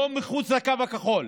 לא מחוץ לקו כחול,